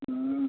ଉଁ